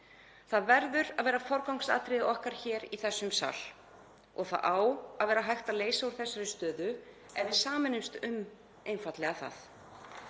Það verður að vera forgangsatriði okkar hér í þessum sal og það á að vera hægt að leysa úr þessari stöðu ef við sameinumst einfaldlega um það.